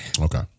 Okay